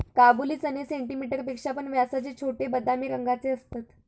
काबुली चणे सेंटीमीटर पेक्षा पण व्यासाचे छोटे, बदामी रंगाचे असतत